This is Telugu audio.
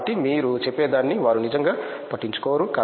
కాబట్టి మీరు చెప్పేదాన్ని వారు నిజంగా పట్టించుకోరు